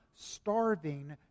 starving